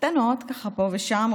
קטנות, פה ושם.